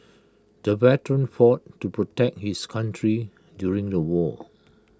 the veteran fought to protect his country during the war